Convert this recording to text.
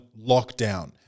lockdown